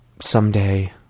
someday